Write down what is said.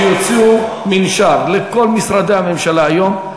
שיוציאו מנשר לכל משרדי הממשלה היום,